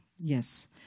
Yes